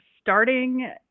starting